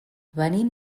venim